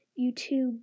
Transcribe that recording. YouTube